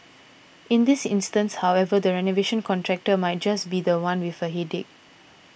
in this instance however the renovation contractor might just be the one with a headache